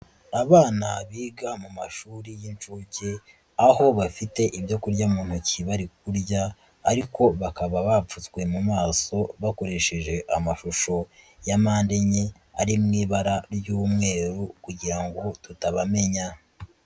Abana biga mu mashuri y'inshuke, aho bafite ibyo kurya mu ntoki bari kurya, ariko bakaba bapfutswe mu maso bakoresheje amashusho ya mpande enye, ari mu ibara ry'umweru kugira ngo tutabamenya.